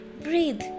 Breathe